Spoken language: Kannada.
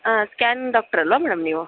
ಹಾಂ ಸ್ಕ್ಯಾನ್ ಡಾಕ್ಟ್ರ್ ಅಲ್ವಾ ಮೇಡಮ್ ನೀವು